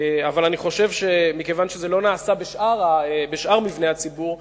אבל מכיוון שזה לא נעשה בשאר מבני הציבור,